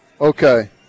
Okay